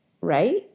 right